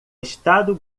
estado